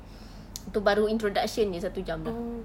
itu baru introduction dia satu jam lah